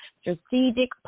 strategic